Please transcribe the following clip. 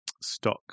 stock